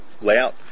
Layout